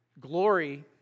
Glory